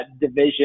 division